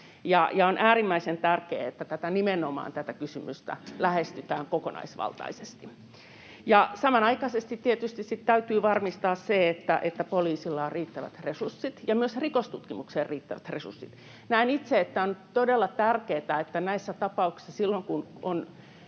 On äärimmäisen tärkeää, että nimenomaan tätä kysymystä lähestytään kokonaisvaltaisesti. Ja samanaikaisesti tietysti sitten täytyy varmistaa se, että poliisilla on riittävät resurssit ja myös rikostutkimukseen riittävät resurssit. Näen itse, että on todella tärkeätä, että näissä tapauksissa silloin, kun on